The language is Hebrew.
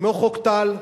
כמו חוק טל,